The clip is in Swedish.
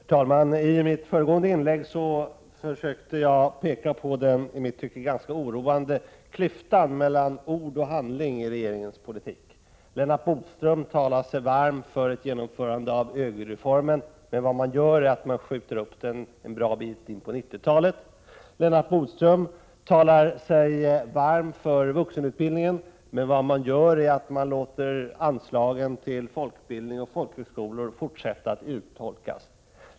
Herr talman! I mitt föregående inlägg försökte jag peka på den i mitt tycke ganska oroande klyftan mellan ord och handling i regeringens politik. Lennart Bodström talade sig varm för ett genomförande av OÖGY-reformen, men vad man gör är att man skjuter upp den en bra bit in på 1990-talet. Lennart Bodström talade sig varm för vuxenutbildningen, men vad man gör är att man låter anslagen till folkbildning och folkhögskolor fortsätta att urholkas.